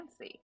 fancy